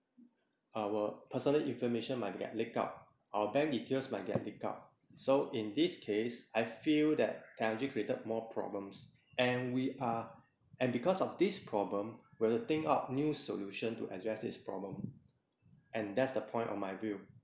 our personal information might get leak up our bank details might get pick up so in this case I feel that technology created more problems and we are and because of this problem we have to think up new solution to address this problem and that's the point of my view